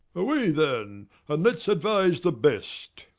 away then, and let's advise the best.